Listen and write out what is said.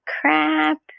crap